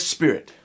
Spirit